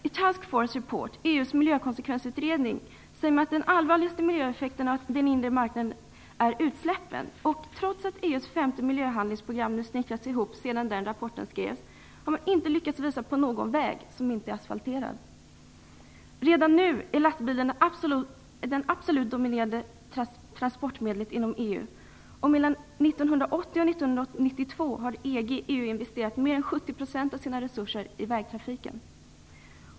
I Task Force Report, EU:s miljökonsekvensutredning, säger man att den allvarligaste miljöeffekten av den inre marknaden är utsläppen. Trots att EU:s femte miljöhandlingsprogram snickrats ihop sedan den rapporten skrevs, har EU inte lyckats visa på någon väg som inte är asfalterad. Redan nu är lastbilarna det absolut dominerande transportmedlet inom EU. Mellan 1980 och 1992 investerade EG/EU mer än 70 % av sina resurser i vägtrafiken.